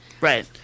right